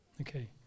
Okay